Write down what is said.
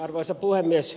arvoisa puhemies